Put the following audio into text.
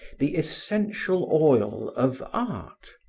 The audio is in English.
the essential oil of art.